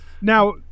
Now